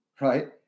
right